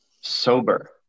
sober